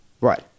Right